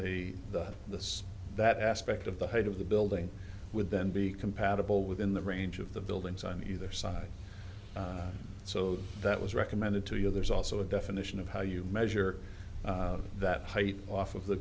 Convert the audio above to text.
the the that aspect of the height of the building with then be compatible within the range of the buildings on either side so that was recommended to you there's also a definition of how you measure that height off of the